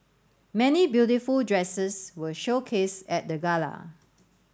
many beautiful dresses were showcased at the gala